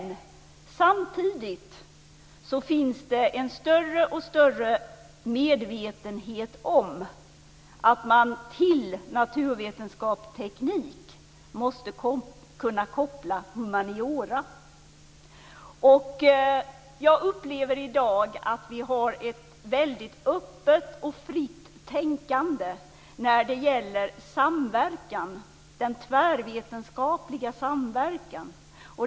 Samtidigt finns det en allt större medvetenhet om att man till naturvetenskap och teknik måste kunna koppla humaniora. Jag upplever i dag att vi har ett väldigt öppet och fritt tänkande när det gäller den tvärvetenskapliga samverkan.